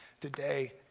today